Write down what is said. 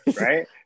Right